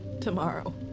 Tomorrow